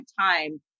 time